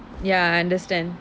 ya I understand